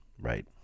Right